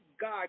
God